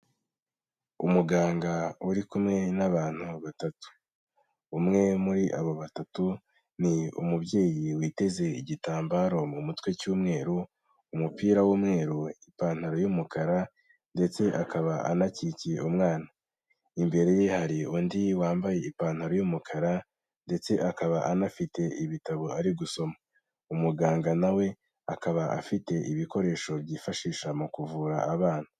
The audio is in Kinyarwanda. Umuganga uri kumwe n'abantu batatu. Umwe muri abo batatu, ni umubyeyi witeze igitambaro mu mutwe cy'umweru, umupira w'umweru, ipantaro y'umukara, ndetse akaba anakikiye umwana, imbere ye hari undi wambaye ipantaro y'umukara ndetse akaba anafite ibitabo ari gusoma. Umuganga na we akaba afite ibikoresho byifashisha mu kuvura abana.